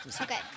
Okay